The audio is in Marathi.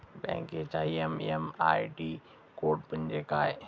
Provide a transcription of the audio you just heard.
बँकेचा एम.एम आय.डी कोड म्हणजे काय?